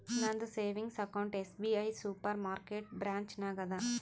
ನಂದ savings account SBI super market branch ನಾಗ್ ಅದಾ